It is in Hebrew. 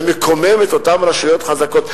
זה מקומם את אותן רשויות חזקות.